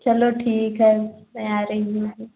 चलो ठीक है मैं आ रही हूँ